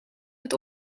het